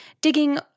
digging